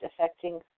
affecting